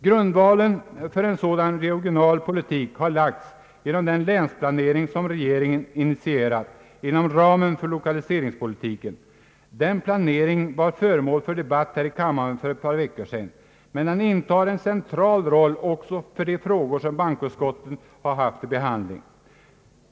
Grundvalen för en sådan regional po litik har lagts genom den länsplanering som regeringen initierat inom ramen för lokaliseringspolitiken. Den planeringen var föremål för debatt här i kammaren för ett par veckor sedan, men den intar en central roll också för de frågor som bankoutskottet haft till behandling.